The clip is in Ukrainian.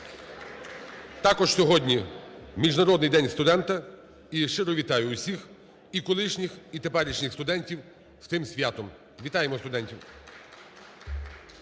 Також сьогодні Міжнародний день студента, і щиро вітаю усіх і колишніх, і теперішніх студентів з цим святом. Вітаємо студентів!